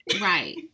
Right